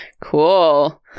Cool